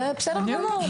זה בסדר גמור,